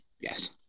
Yes